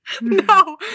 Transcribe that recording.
No